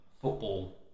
football